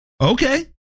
Okay